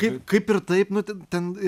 kaip kaip ir taip nu ten ten